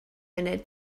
munud